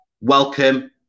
welcome